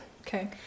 Okay